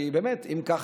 כי באמת, אם כך,